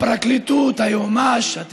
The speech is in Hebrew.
הפרקליטות, היועץ המשפטי, התקשורת,